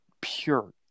pure